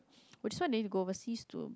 which is why they need to go overseas to